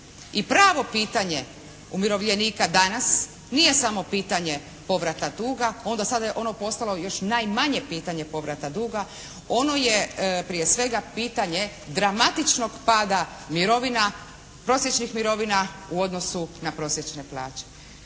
I pravo pitanje umirovljenika danas nije samo pitanje povrata duga, onda sada je ono postalo još najmanje pitanje povrata duga. Ono je prije svega pitanje dramatičnog pada mirovina, prosječnih mirovina u odnosu na prosječne plaće.